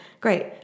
Great